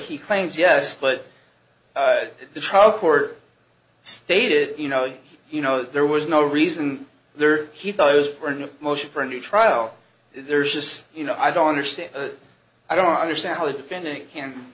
he claims yes but the trial court stated you know you know there was no reason there he thought it was or no motion for a new trial there's just you know i don't understand i don't understand how the defendant can